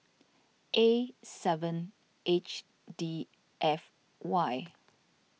A seven H D F Y